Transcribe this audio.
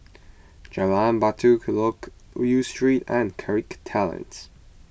Jalan Batai Loke Yew Street and Kirk Terrace